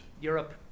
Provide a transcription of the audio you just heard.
Europe